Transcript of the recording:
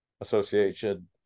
Association